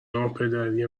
ناپدری